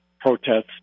protests